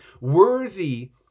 worthy